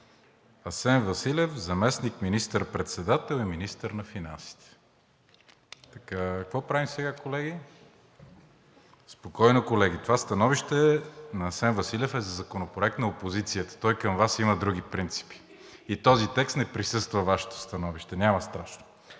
Асен Василев – заместник министър-председател и министър на финансите“. Какво правим сега, колеги? Спокойно, колеги. Това становище на Асен Василев е за законопроект на опозицията. Той към Вас има други принципи. Този текст не присъства във Вашето становище. Няма страшно.